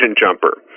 jumper